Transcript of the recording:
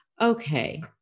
okay